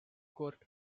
court